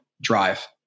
drive